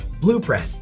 blueprint